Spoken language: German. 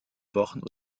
wochen